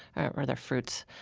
or their fruits,